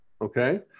Okay